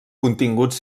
continguts